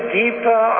deeper